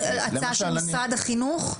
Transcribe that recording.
הצעה של משרד החינוך?